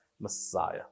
Messiah